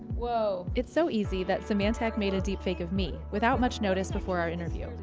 whoa! it's so easy that symantec made a deepfake of me without much notice before our interview.